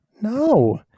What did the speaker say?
no